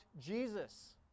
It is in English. Jesus